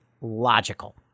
logical